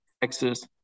Texas